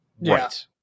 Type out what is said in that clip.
Right